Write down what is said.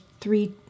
three